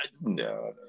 no